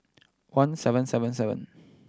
one seven seven seven